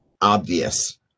obvious